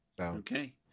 Okay